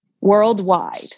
worldwide